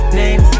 name